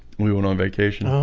we went on vacation, um